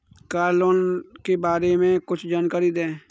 Car loan के बारे में कुछ जानकारी दें?